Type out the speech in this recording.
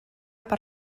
per